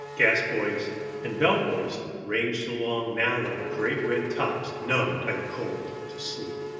gas-buoys, and bell-buoys ranged along now like great red tops numbed by the cold to sleep.